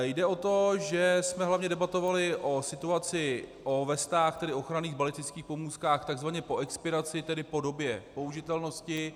Jde o to, že jsme hlavně debatovali o situaci, o vestách, tedy ochranných balistických pomůckách takzvaně po expiraci, tedy po době použitelnosti.